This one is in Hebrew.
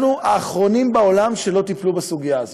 אנחנו האחרונים בעולם שלא טיפלו בסוגיה הזאת.